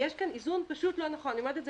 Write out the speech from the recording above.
יש כאן איזון פשוט לא נכון אני אומרת את זה